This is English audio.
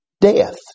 death